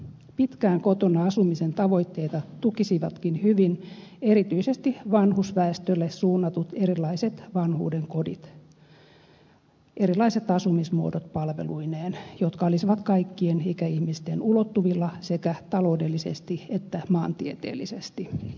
pitkään kotona asumisen tavoitteita tukisivatkin hyvin erityisesti vanhusväestölle suunnatut erilaiset vanhuuden kodit erilaiset asumismuodot palveluineen jotka olisivat kaikkien ikäihmisten ulottuvilla sekä taloudellisesti että maantieteellisesti